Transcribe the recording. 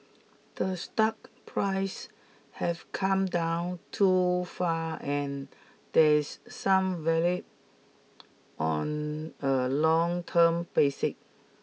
the stock price have come down too far and there's some value on a long term basis